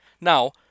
Now